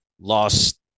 lost